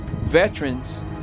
Veterans